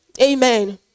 Amen